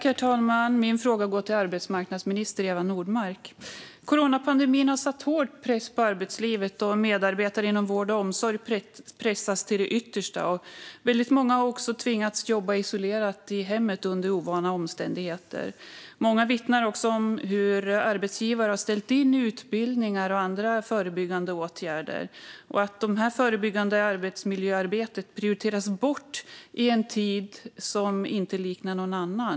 Herr talman! Min fråga går till arbetsmarknadsminister Eva Nordmark. Coronapandemin har satt hård press på arbetslivet. Medarbetare inom vård och omsorg pressas till det yttersta. Väldigt många har också tvingats att jobba isolerat i hemmet under ovana omständigheter. Många vittnar också om hur arbetsgivare har ställt in utbildningar och andra förebyggande åtgärder. Det förebyggande arbetsmiljöarbetet prioriteras bort i en tid som inte liknar någon annan.